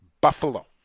Buffalo